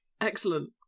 excellent